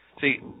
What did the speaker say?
See